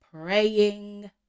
Praying